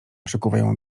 przykuwają